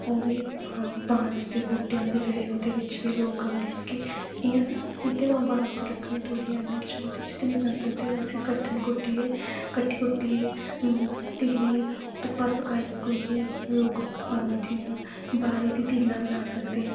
ओह् बी बांस दे बूह्ते होंदे जेह्ड़े ओह्दे बिच बी लोग इ'यै सिद्धे बांस दी लकड़ी थोह्ड़ी आनुड़ी ओह्दे च निं बनी सकदी उस्सी कटन कट्टी कुट्टीये तिले दी धुप्पे सकाइयै लोक बारी दी तिला बना सकदे ऐ